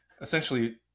essentially